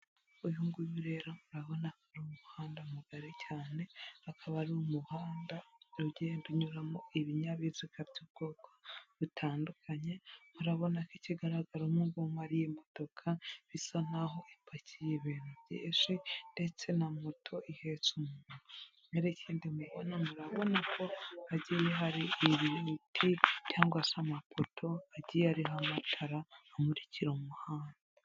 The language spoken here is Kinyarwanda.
Uyu nguyu rero urabona hari umuhanda mugari cyane, akaba ari umuhanda ugenda unyuramo ibinyabiziga by'ubwoko butandukanye, urabona ko ikigaragara umumu ngumu ari modoka, bisa naho ipakiye ibintu byinshi ndetse na moto ihetse umuntu, hano ikindi mubona, murabona ko hagiyeyo hari ibiti cyangwa se amapoto agiye ariho amatara amurikira umuhanda.